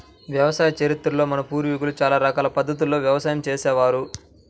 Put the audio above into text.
వ్యవసాయ చరిత్రలో మన పూర్వీకులు చాలా రకాల పద్ధతుల్లో వ్యవసాయం చేసే వారు